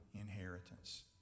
inheritance